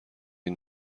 این